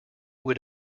would